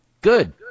Good